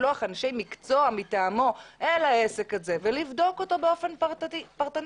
לשלוח אנשי מקצוע מטעמו אל העסק הזה ולבדוק אותו באופן פרטני,